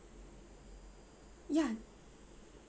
ya